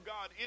God